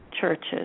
churches